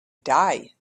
die